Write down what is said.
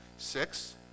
six